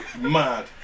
mad